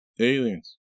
Aliens